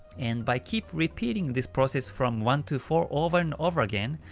and by keep repeating this process from one to four over and over again,